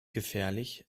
gefährlich